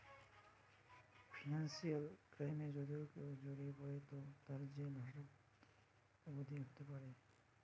financial ক্রাইমে যদি কেও জড়িয়ে পড়ে তো তার জেল হাজত অবদি হোতে পারে